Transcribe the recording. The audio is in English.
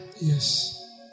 Yes